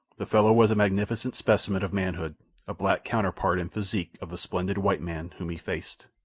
the fellow was a magnificent specimen of manhood a black counterpart in physique of the splendid white man whom he faced.